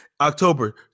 October